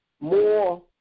more